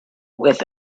with